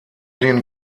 den